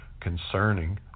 concerning